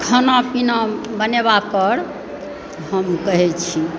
खाना पीना बनेबा पर हम कहए छी